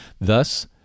Thus